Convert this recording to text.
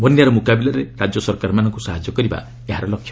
ବନ୍ୟାର ମୁକାବିଲାରେ ରାଜ୍ୟସରକାର ମାନଙ୍କୁ ସାହାଯ୍ୟ କରିବା ଏହାର ଲକ୍ଷ୍ୟ